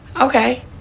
Okay